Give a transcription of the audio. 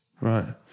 Right